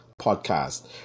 podcast